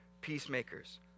peacemakers